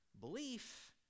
belief